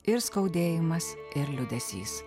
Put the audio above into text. ir skaudėjimas ir liūdesys